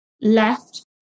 left